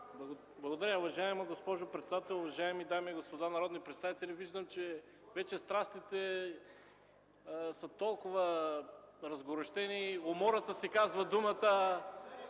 (ДПС): Уважаема госпожо председател, уважаеми дами и господа народни представители! Виждам, че страстите вече са толкова разгорещени и умората си казва думата.